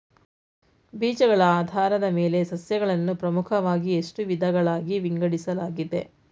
ಬೀಜಗಳ ಆಧಾರದ ಮೇಲೆ ಸಸ್ಯಗಳನ್ನು ಪ್ರಮುಖವಾಗಿ ಎಷ್ಟು ವಿಧಗಳಾಗಿ ವಿಂಗಡಿಸಲಾಗಿದೆ?